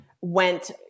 went